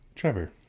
Trevor